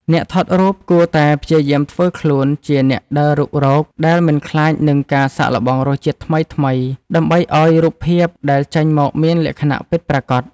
អ្នកថតរូបគួរតែព្យាយាមធ្វើខ្លួនជា អ្នកដើររុករក ដែលមិនខ្លាចនឹងការសាកល្បងរសជាតិថ្មីៗ ដើម្បីឱ្យរូបភាពដែលចេញមកមានលក្ខណៈពិតប្រាកដ។